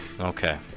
Okay